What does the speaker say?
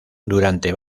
durante